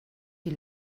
die